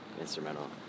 instrumental